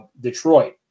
Detroit